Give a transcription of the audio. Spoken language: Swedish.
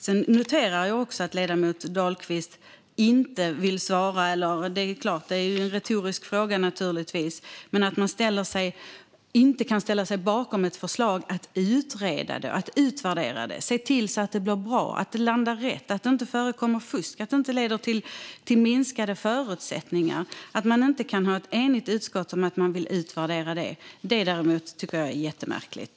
Sedan noterar jag att ledamoten Dahlqvist inte vill svara på frågan, men den är naturligtvis retorisk. Jag tycker att det är märkligt att man inte kan ställa sig bakom ett förslag om att utvärdera detta och se till att det blir bra, att det landar rätt, att det inte förekommer fusk och att det inte leder till minskade förutsättningar. Att utskottet inte är enigt om att man ska utvärdera detta tycker jag är jättemärkligt.